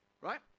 right